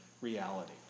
reality